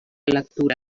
lectura